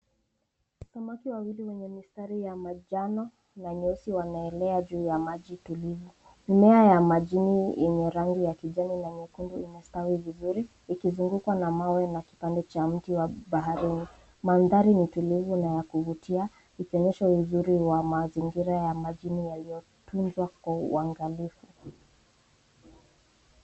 Samaki wawili wenye mistari ya manjano na nyeusi wanaelea juu ya maji tulivu. Mimea ya majini yenye rangi ya kijani na nyekundu inastawi vizuri, ikizungukwa na mawe na kipande cha mti wa baharini. Mandhari ni tulivu na ya kuvutia, ikionyesha uzuri wa mazingira ya majini yaliyotunzwa kwa uangalifu.